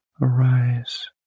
arise